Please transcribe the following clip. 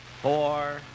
four